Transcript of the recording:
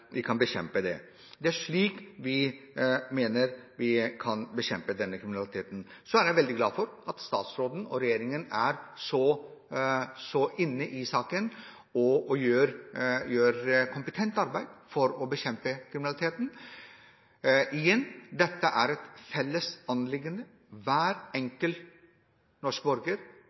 bekjempe det. Det er slik vi mener vi kan bekjempe denne kriminaliteten. Så er jeg veldig glad for at statsråden og regjeringen er så inne i saken og gjør kompetent arbeid for å bekjempe kriminaliteten. Igjen: Dette er et felles anliggende. Hver enkelt norske borger